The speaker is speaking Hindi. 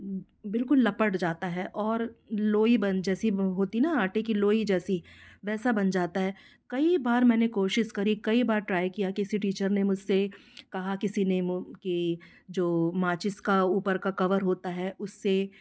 बिलकुल लपट जाता है और लोई जैसी होती है ना आटे की लोई जैसी वैसा बन जाता है कई बार मैंने कोशिश करी कई बार ट्राई किया किसी टीचर ने मुझसे कहा किसी ने की जो माचिस का ऊपर का कवर होता है उससे